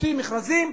מוציא מכרזים,